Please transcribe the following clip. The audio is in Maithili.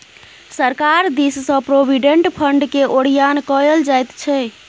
सरकार दिससँ प्रोविडेंट फंडकेँ ओरियान कएल जाइत छै